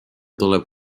tuleb